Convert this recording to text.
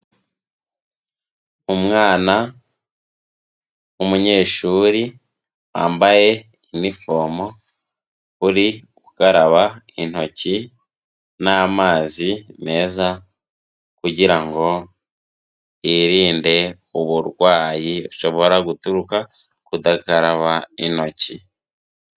Umwana w'umunyeshuri wambaye inifomo, uri gukaraba intoki, n'amazi meza kugira ngo yirinde uburwayi bushobora guturuka kudakaraba intoki.